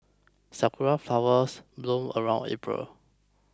sakura flowers bloom around April